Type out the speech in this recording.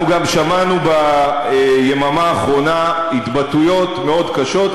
אנחנו גם שמענו ביממה האחרונה התבטאויות מאוד קשות.